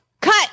cut